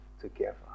together